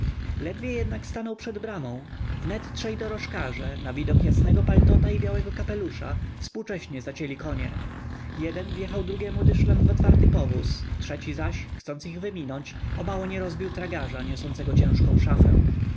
ledwie jednak stanął przed bramą wnet trzej dorożkarze na widok jasnego paltota i białego kapelusza współcześnie zacięli konie jeden wjechał drugiemu dyszlem w otwarty powóz trzeci zaś chcąc ich wyminąć omało nie rozbił tragarza niosącego ciężką szafę